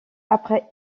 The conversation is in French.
après